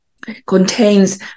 contains